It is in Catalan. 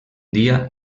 dia